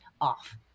off